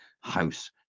house